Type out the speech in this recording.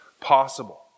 possible